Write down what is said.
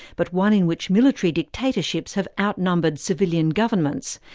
but one in which military dictatorships have outnumbered civilian governments,